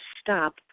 stop